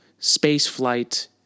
spaceflight